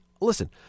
listen